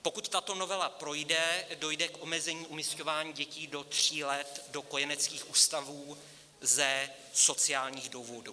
Pokud tato novela projde, dojde k omezení umisťování dětí do tří let do kojeneckých ústavů ze sociálních důvodů.